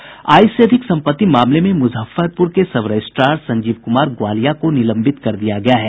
आय से अधिक संपत्ति मामले में मुजफ्फरपुर के सब रजिस्ट्रार संजीव कुमार ग्वालिया को निलंबित कर दिया गया है